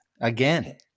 again